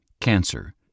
Cancer